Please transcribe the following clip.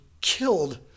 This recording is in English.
killed